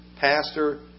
pastor